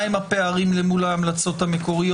מה הם הפערים אל מול ההמלצות המקוריות